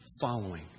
following